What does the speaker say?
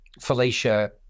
Felicia